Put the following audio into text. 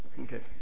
Okay